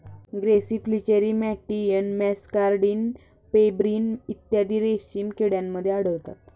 grasserie flacherie मॅटियन muscardine pebrine इत्यादी रेशीम किड्यांमध्ये आढळतात